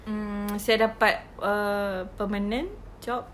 mm saya dapat err permanent job